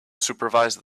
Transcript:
supervise